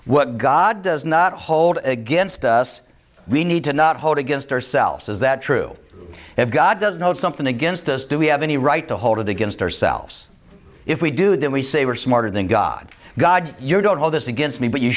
what god does not hold against us we need to not hold against ourselves is that true if god does know something against us do we have any right to hold it against ourselves if we do then we say we're smarter than god god you don't hold this against me but you